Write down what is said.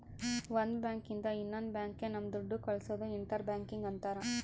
ಒಂದ್ ಬ್ಯಾಂಕ್ ಇಂದ ಇನ್ನೊಂದ್ ಬ್ಯಾಂಕ್ ಗೆ ನಮ್ ದುಡ್ಡು ಕಳ್ಸೋದು ಇಂಟರ್ ಬ್ಯಾಂಕಿಂಗ್ ಅಂತಾರ